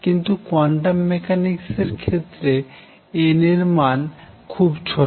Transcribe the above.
কিন্তু quantum mechanics এর ক্ষেত্রে n এর মান খুব ছোট